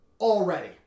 already